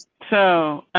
so